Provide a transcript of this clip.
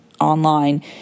online